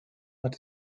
hat